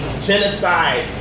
genocide